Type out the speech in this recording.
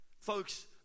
folks